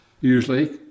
usually